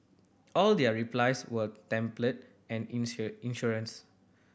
all their replies were templates and insincere